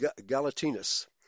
Galatinus